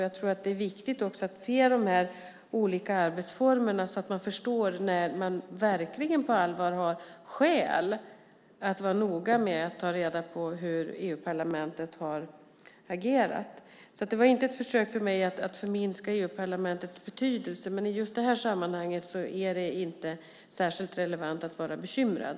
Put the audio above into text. Jag tror att det är viktigt att se de här olika arbetsformerna, så att man förstår när man verkligen på allvar har skäl att vara noga med att ta reda på hur EU-parlamentet har agerat. Det var inte ett försök från mig att förminska EU-parlamentets betydelse, men i just det här sammanhanget är det inte särskilt relevant att vara bekymrad.